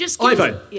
Ivo